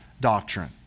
Doctrine